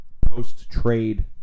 post-trade